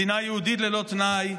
מדינה יהודית ללא תנאי,